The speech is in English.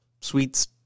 Sweets